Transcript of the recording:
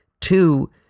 Two